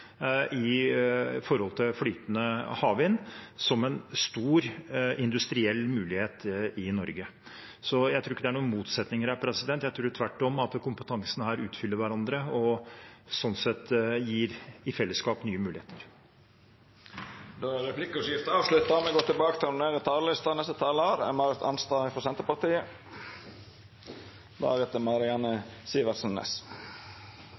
flytende havvind som en stor industriell mulighet i Norge. Så jeg tror ikke det er noen motsetninger her, jeg tror tvert om at kompetansene her utfyller hverandre og sånn sett i fellesskap gir nye muligheter. Replikkordskiftet er avslutta.